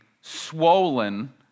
swollen